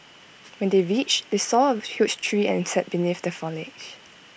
when they reached they saw A huge tree and sat beneath the foliage